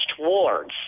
Ward's